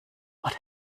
what